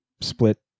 split